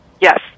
Yes